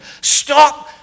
Stop